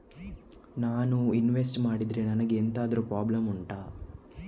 ನಾನು ಇನ್ವೆಸ್ಟ್ ಮಾಡಿದ್ರೆ ನನಗೆ ಎಂತಾದ್ರು ಪ್ರಾಬ್ಲಮ್ ಉಂಟಾ